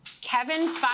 Kevin